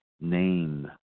Name